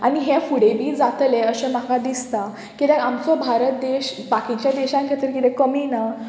आनी हे फुडें बी जातलें अशें म्हाका दिसता किद्याक आमचो भारत देश बाकीच्या देशां खातीर किदें कमी ना